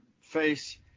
face